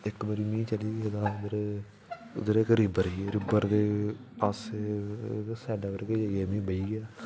इक बारी में चली गेदा हा उद्धर इक रीबर ही रीबर दे साढ़े उप्पर जाइयै में बेही गेआ